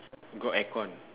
got aircon